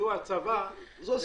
הצבא,